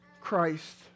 Christ